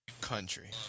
country